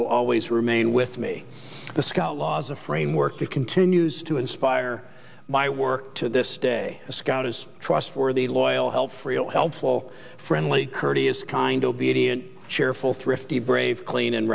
will always remain with me the scout laws a framework that continues to inspire my work to this day a scout is trustworthy loyal help freel helpful friendly courteous kind obedient cheerful thrifty brave clean and